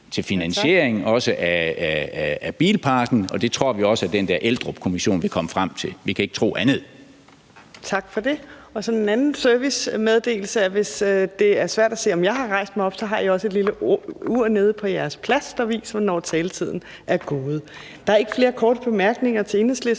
til finansiering af bilparken, og det tror vi også at den der Eldrupkommission vil komme frem til. Vi kan ikke tro andet. Kl. 21:23 Fjerde næstformand (Trine Torp): Tak for det. Som en anden servicemeddelelse: Hvis det er svært at se, om jeg har rejst mig op, så har I også et lille ur nede på jeres plads, der viser, hvornår taletiden er gået. Der er ikke flere korte bemærkninger til Enhedslistens